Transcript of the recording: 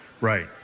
right